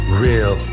real